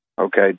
Okay